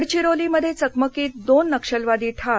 गडचिरोलीमध्ये चकमकीत दोन नक्षलवादी ठार